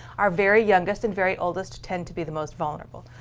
our very youngest and very oldest tend to be the most vulnerable.